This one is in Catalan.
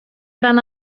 gran